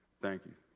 thank you.